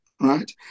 right